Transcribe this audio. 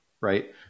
right